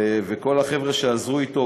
וכל החבר'ה שעזרו לו,